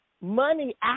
money